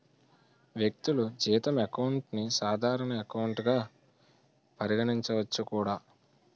వ్యక్తులు జీతం అకౌంట్ ని సాధారణ ఎకౌంట్ గా పరిగణించవచ్చు కూడా